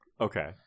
Okay